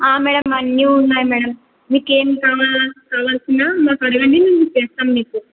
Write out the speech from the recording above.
madam అన్నీ ఉన్నాయి madam మీకేం కావాల కావాల్సినా మా పనులన్నీ చేస్తాం మీకు